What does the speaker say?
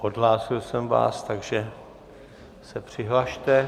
Odhlásil jsem vás, takže se přihlaste.